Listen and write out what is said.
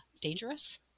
dangerous